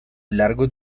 largo